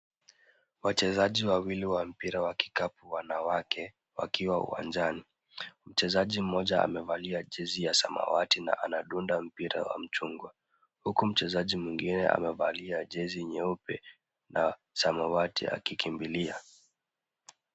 Wachezaji wawili wa mpira wa kikapu wanawake, wakiwa uwanjani. Mchezaji mmoja amevalia jezi ya samawati na anadunda mpira wa machungwa huku mchezaji mwingine amevalia jezi nyeupe na samawati akikimbilia.